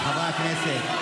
חברי הכנסת,